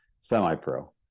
semi-pro